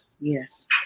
Yes